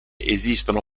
esistono